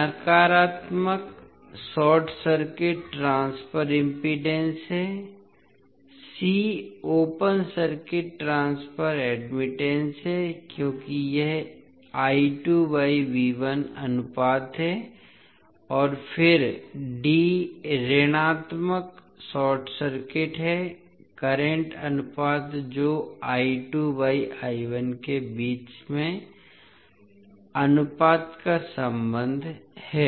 नकारात्मक short circuit transfer impedance है c open circuit transfer admittance है क्योंकि यह अनुपात है और फिर d ऋणात्मक शॉर्ट सर्किट है करंट अनुपात जो के बीच के अनुपात का संबंध है